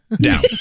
down